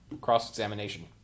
cross-examination